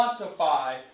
quantify